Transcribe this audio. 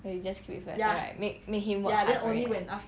then you just give it first right make make him work hard right